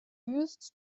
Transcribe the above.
used